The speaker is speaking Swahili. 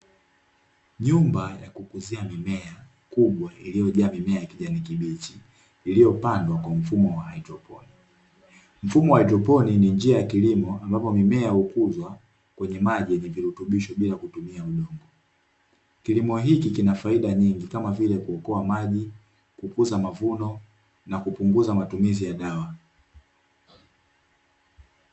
NYumba ya kukuzia mimea kubwa lilojaa mimea ya kijani kibichi iliyopandwa kwa mfumo wa haidroponi. Mfumo wa haidroponi ni njia ya kilimo ambapo mimea hukuzwa kwenye maji yenye virutubisho bila kutumia udongo. Kilimo hiki kina faida nyingi kama vile kuokoa maji, kukuza mavuno, na kupunguza matumizi ya dawa.